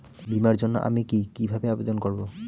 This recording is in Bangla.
বিমার জন্য আমি কি কিভাবে আবেদন করব?